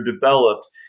developed